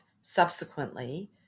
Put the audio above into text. subsequently